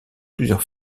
plusieurs